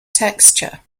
texture